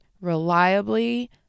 reliably